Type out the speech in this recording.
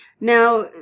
Now